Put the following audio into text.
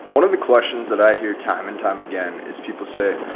one of the questions that i hear time and time again is people say,